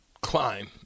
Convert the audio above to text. climb